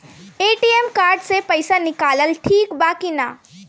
ATM card से पईसा निकालल ठीक बा की ना?